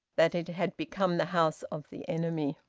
that it had become the house of the enemy.